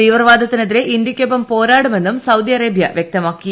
തീവ്രവാദത്തിനെതിരെ ഇന്ത്യയ്ക്കൊപ്പം പോരാടുമെന്നും Saudi Arabia വ്യക്തമാക്കി